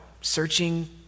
searching